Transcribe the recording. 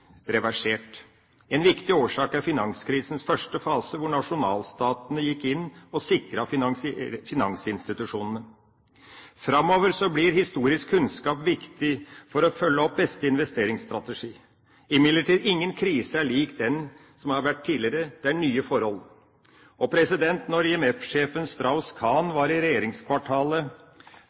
reversert. En viktig årsak er finanskrisens første fase, hvor nasjonalstatene gikk inn og sikret finansinstitusjonene. Framover blir historisk kunnskap viktig for å følge opp beste investeringsstrategi. Imidlertid, ingen krise er lik den som har vært tidligere. Det er nye forhold. Når IMF-sjefen, Strauss-Khan, var i regjeringskvartalet